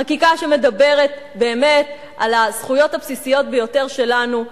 חקיקה שמדברת על הזכויות הבסיסיות ביותר שלנו,